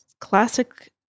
Classic